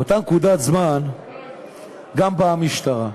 באותה נקודת זמן גם באה המשטרה,